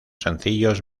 sencillos